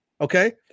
Okay